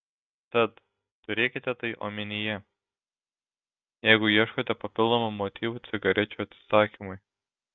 tad turėkite tai omenyje jeigu ieškote papildomų motyvų cigarečių atsisakymui